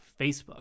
Facebook